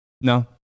No